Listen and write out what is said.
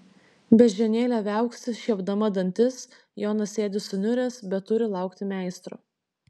beždžionėlė viauksi šiepdama dantis jonas sėdi suniuręs bet turi laukti meistro